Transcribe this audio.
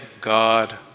God